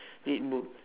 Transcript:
read book